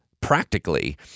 practically